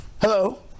Hello